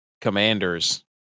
commander's